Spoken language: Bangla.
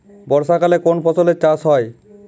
বর্ষাকালে কোন ফসলের চাষ হয়?